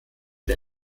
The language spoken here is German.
der